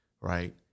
right